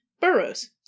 Burrows